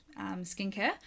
skincare